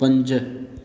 पंज